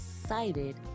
excited